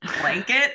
blanket